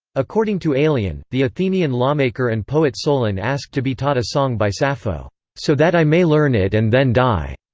according to aelian, the athenian lawmaker and poet solon asked to be taught a song by sappho so that i may learn it and then die.